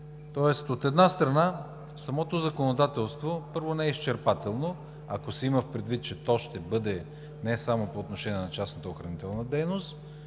От една страна, самото законодателство, първо, не е изчерпателно, ако се има предвид, че то ще бъде не само по отношение на частната охранителна дейност,